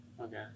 Okay